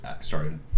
started